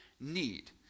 need